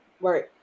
right